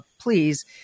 please